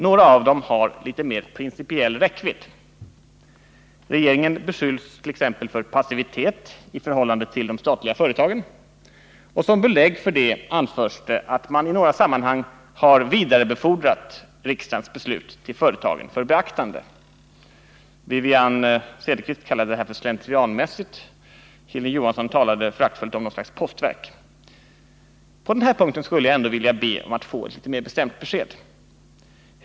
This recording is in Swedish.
Några av dem har litet mer principiell räckvidd. Regeringen beskylls t.ex. för passivitet i förhållande till de statliga företagen, och som belägg för det anförs det att man i några sammanhang har vidarebefordrat riksdagens beslut till företagen för beaktande. Wivi-Anne Cederqvist kallade detta för slentrianmässigt, och Hilding Johansson talade föraktfullt om något slags postverk. På den här punkten skulle jag vilja be om ett mer bestämt besked.